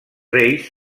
reis